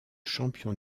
champion